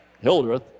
Hildreth